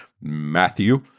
Matthew